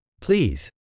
Please